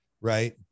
right